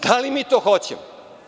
Da li mi to hoćemo?